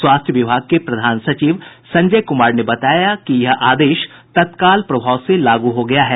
स्वास्थ्य विभाग के प्रधान सचिव संजय कुमार ने बताया कि यह आदेश तत्काल प्रभाव से लागू हो गया है